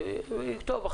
יכתוב,